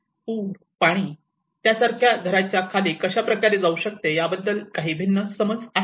पूर पाणी त्यासारख्या घराच्या खाली कशा प्रकारे जाऊ शकते याबद्दल काही भिन्न समज आहेत